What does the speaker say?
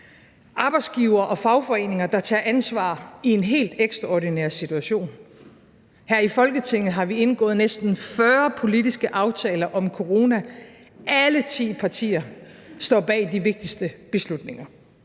arbejdsgivere og fagforeninger, der tager ansvar i en helt ekstraordinær situation; her i Folketinget har vi indgået næsten 40 politiske aftaler om corona, og alle ti partier står bag de vigtigste beslutninger.